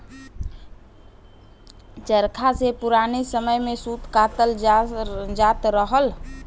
चरखा से पुराने समय में सूत कातल जात रहल